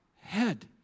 head